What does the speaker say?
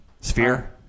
Sphere